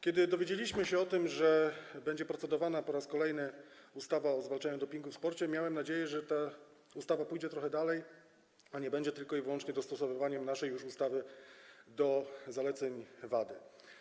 Kiedy dowiedzieliśmy się o tym, że po raz kolejny będzie procedowana ustawa o zwalczaniu dopingu w sporcie, miałem nadzieję, że ta ustawa pójdzie trochę dalej, a nie będzie tylko i wyłącznie dostosowywaniem naszej ustawy do zaleceń WADA.